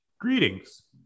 greetings